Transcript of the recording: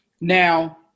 now